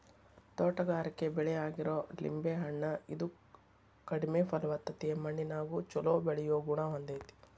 ತೋಟಗಾರಿಕೆ ಬೆಳೆ ಆಗಿರೋ ಲಿಂಬೆ ಹಣ್ಣ, ಇದು ಕಡಿಮೆ ಫಲವತ್ತತೆಯ ಮಣ್ಣಿನ್ಯಾಗು ಚೊಲೋ ಬೆಳಿಯೋ ಗುಣ ಹೊಂದೇತಿ